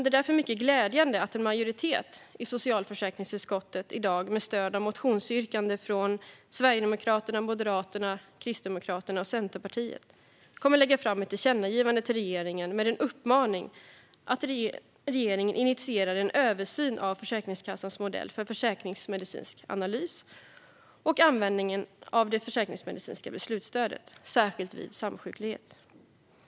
Det är därför mycket glädjande att en majoritet i socialförsäkringsutskottet i dag med stöd av motionsyrkanden från Sverigedemokraterna, Moderaterna, Kristdemokraterna och Centerpartiet kommer att lägga fram ett tillkännagivande med en uppmaning till regeringen att initiera en översyn av Försäkringskassans modell för försäkringsmedicinsk analys och användningen av det försäkringsmedicinska beslutsstödet, särskilt vid samsjuklighet.